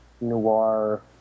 noir